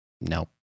nope